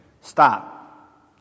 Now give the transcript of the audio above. stop